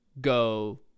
Go